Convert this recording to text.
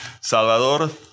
Salvador